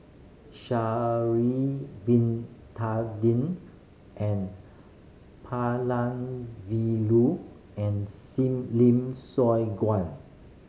Sha'ari Bin Tadin N Palanivelu and Seem Lim Siong Guan